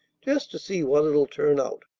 just to see what it'll turn out.